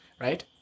right